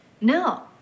No